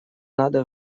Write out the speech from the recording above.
надо